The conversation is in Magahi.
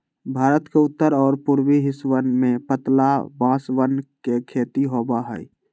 भारत के उत्तर और पूर्वी हिस्सवन में पतला बांसवन के खेती होबा हई